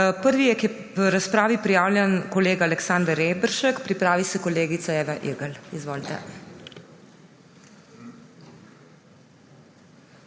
Prvi je k razpravi prijavljen kolega Aleksander Reberšek, pripravi se kolegica Eva Irgl. Izvolite.